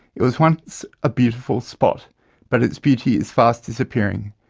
it was once a beautiful spot but its beauty is fast disappearing.